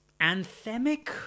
anthemic